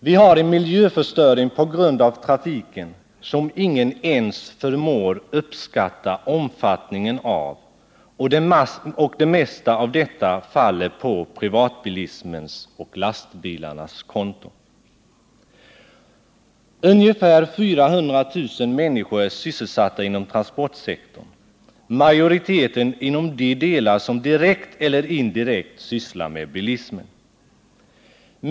Vi har en miljöförstöring på grund av trafiken som ingen ens förmår uppskatta omfattningen av, och det mesta av detta faller på privatbilismens och lastbilarnas konto. Ungefär 400 000 människor är sysselsatta inom transportsektorn — majoriteten inom de delar som direkt eller indirekt sysslar med bilismen.